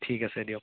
ঠিক আছে দিয়ক